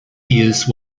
used